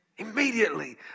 Immediately